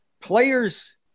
players